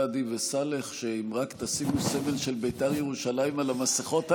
סעדי וסאלח שאם רק את תשימו סמל של בית"ר ירושלים על המסכות האלה,